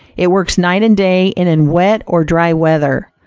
it works night and day, and in wet or dry weather.